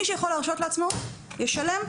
מי שיכול להרשות לעצמו, ישלם.